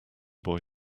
boy